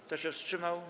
Kto się wstrzymał?